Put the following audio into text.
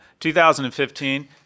2015